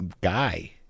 guy